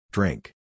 Drink